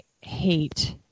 hate